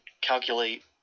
calculate